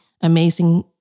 amazing